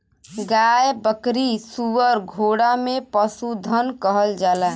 गाय बकरी सूअर घोड़ा के पसुधन कहल जाला